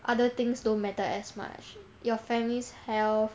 other things don't matter as much your family's health